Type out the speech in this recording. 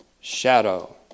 shadow